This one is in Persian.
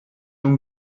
اون